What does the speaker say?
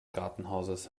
gartenhauses